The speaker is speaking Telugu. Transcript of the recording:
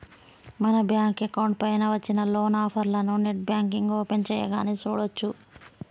మన బ్యాంకు అకౌంట్ పైన వచ్చిన లోన్ ఆఫర్లను నెట్ బ్యాంకింగ్ ఓపెన్ చేయగానే చూడచ్చు